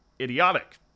idiotic